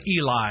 Eli